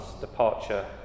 departure